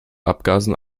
abgasen